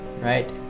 right